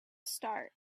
start